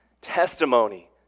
testimony